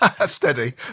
Steady